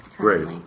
Great